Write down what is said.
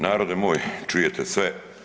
Narode moj, čujete sve.